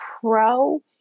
pro